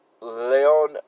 Leon